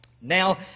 Now